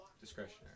Discretionary